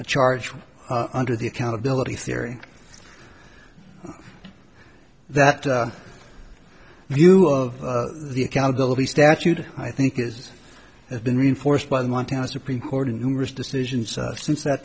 the charge under the accountability theory that view of the accountability statute i think is has been reinforced by the montana supreme court and numerous decisions since that